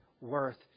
worth